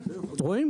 רואים.